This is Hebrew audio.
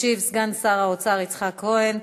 ישיב סגן שר האוצר יצחק כהן.